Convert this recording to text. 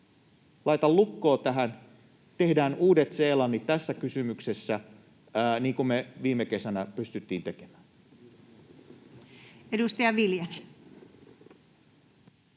laita lukkoa tähän, tehdään uudetseelannit tässä kysymyksessä, niin kuin me viime kesänä pystyttiin tekemään? [Speech